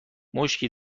مشکی